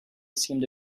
seemed